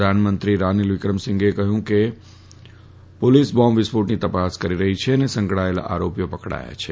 પ્રધાનમંત્રી શ્રી રાનીલ વિક્રમસિંઘેએ કહયું કે પોલીસ બોંબ વિસ્ફોટની તપાસ કરી રહી છે અને તેની સાથે સંકળાયેલા આરોપીઓ પકડાઈ ગયા છે